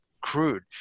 Crude